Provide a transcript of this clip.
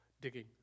digging